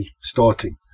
starting